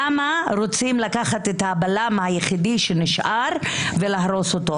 למה רוצים לקחת את הבלם היחיד שנשאר ולהרוס אותו.